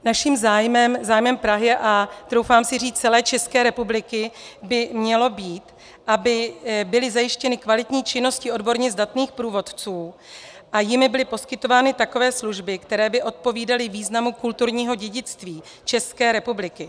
Naším zájmem, zájmem Prahy a troufám si říct celé České republiky, by mělo být, aby byly zajištěny kvalitní činnosti odborně zdatných průvodců a jimi byly poskytovány takové služby, které by odpovídaly významu kulturního dědictví České republiky.